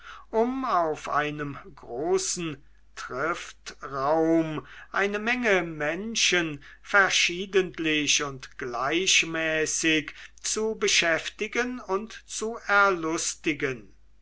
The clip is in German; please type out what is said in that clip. um auf einem großen triftraum eine menge menschen verschiedentlichst und gleichmäßig zu beschäftigen und zu erlustigen